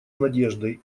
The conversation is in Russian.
надеждой